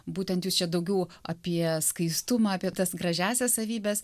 būtent jūs čia daugiau apie skaistumą apie tas gražiąsias savybes